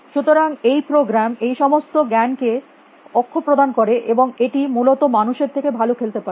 সুতরাং এই প্রোগ্রাম এই সমস্ত জ্ঞানকে অক্ষ প্রদান করে এবং এটি মূলত মানুষের থেকে ভালো খেলতে পারে